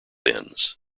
ends